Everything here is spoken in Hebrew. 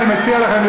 אני מציע לכם,